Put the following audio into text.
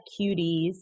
cuties